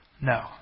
No